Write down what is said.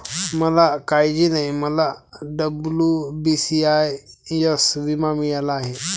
मला काळजी नाही, मला डब्ल्यू.बी.सी.आय.एस विमा मिळाला आहे